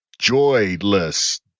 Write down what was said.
Joyless